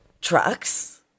trucks